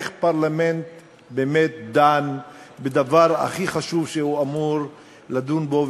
איך פרלמנט באמת דן בדבר הכי חשוב שהוא אמור לדון בו,